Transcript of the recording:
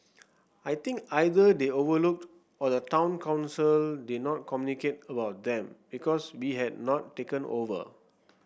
I think either they overlooked or the town council did not communicate with them because we had not taken over